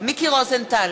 מיקי רוזנטל,